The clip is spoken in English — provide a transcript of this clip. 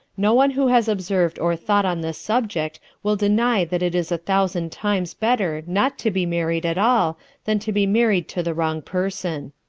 no one who has observed or thought on this subject will deny that it is a thousand times better not to be married at all than to be married to the wrong person.